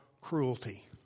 cruelty